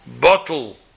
bottle